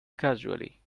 casually